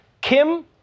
Kim